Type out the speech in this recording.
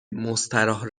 مستراح